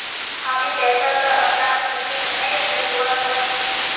हामी पैसा स अपनार खुशीक नइ खरीदवा सख छि